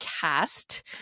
cast